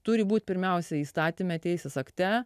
turi būt pirmiausia įstatyme teisės akte